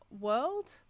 world